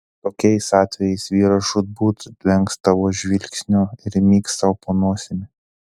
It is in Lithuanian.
tokiais atvejais vyras žūtbūt vengs tavo žvilgsnio ir myks sau po nosimi